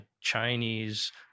Chinese